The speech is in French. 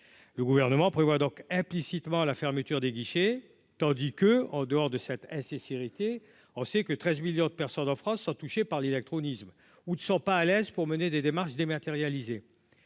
le gouvernement prévoit donc implicitement à la fermeture des guichets, tandis que, en dehors de cette insécurité ansi que 13 millions de personnes en France sont touchés par l'électronicien ou ne sont pas à l'aise pour mener des démarches dématérialisées,